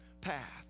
path